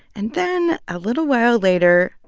and then a little while later,